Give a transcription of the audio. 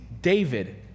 David